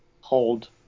hold